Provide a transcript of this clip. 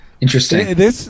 Interesting